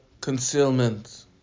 concealment